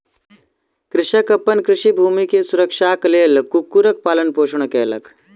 कृषक अपन कृषि भूमि के सुरक्षाक लेल कुक्कुरक पालन पोषण कयलक